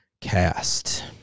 cast